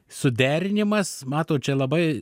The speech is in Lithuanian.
suderinimas matot čia labai